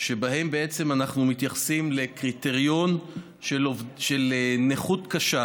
שבהם בעצם אנחנו מתייחסים לקריטריון של נכות קשה,